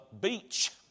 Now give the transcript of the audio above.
beach